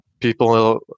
people